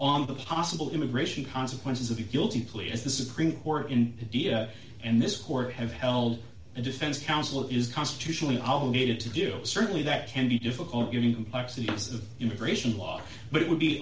on the possible immigration consequences of a guilty plea as the supreme court in india and this court have held and defense counsel is constitutionally obligated to do certainly that can be difficult you complexities of immigration law but it would be